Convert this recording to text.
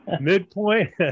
Midpoint